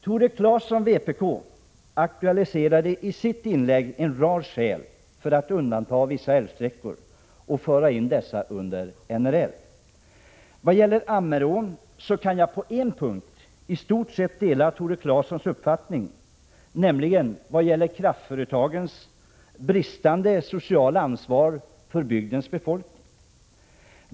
Tore Claeson från vpk aktualiserade i sitt inlägg en rad skäl för att undanta vissa älvsträckor och föra in dessa under NRL. Beträffande Ammerån kan jag på en punkt i stort sett dela Tore Claesons uppfattning, nämligen vad gäller kraftföretagens bristande sociala ansvar för bygdens befolkning.